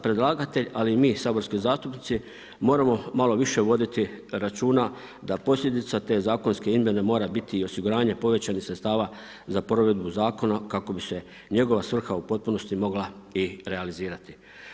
Predlagatelj ali i mi saborski zastupnici moramo malo više voditi računa da posljedica te zakonske izmjene mora biti i osiguranje povećanih sredstava za provedbu zakona kako bi se njegova svrha u potpunosti mogla i realizirati.